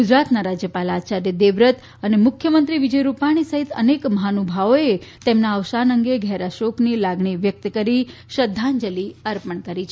ગુજરાતના રાજયપાલ આચાર્ય દેવવ્રત અને મુખ્યમંત્રી વિજય રૂપાણી સહિત અનેક મહાનુભાવોએ તેમના અવસાન અંગે ઘેરા શોકની લાગણી વ્યકત કરી શ્રધ્ધાંજલી અર્પણ કરી છે